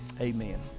amen